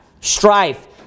strife